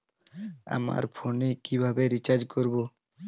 আমার ফোনে কিভাবে রিচার্জ করবো?